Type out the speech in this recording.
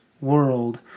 world